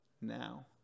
now